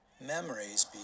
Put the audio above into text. Memories